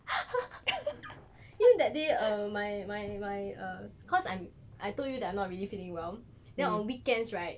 you know that day uh my my my err cause I'm I told you I'm not really feeling well then on weekends right